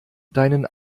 deinen